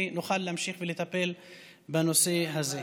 ונוכל להמשיך ולטפל בנושא הזה.